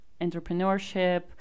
entrepreneurship